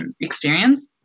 experience